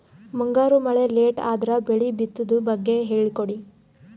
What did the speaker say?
ಮುಂಗಾರು ಮಳೆ ಲೇಟ್ ಅದರ ಬೆಳೆ ಬಿತದು ಬಗ್ಗೆ ಹೇಳಿ ಕೊಡಿ?